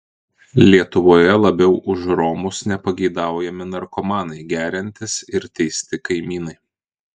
lietuvoje labiau už romus nepageidaujami narkomanai geriantys ir teisti kaimynai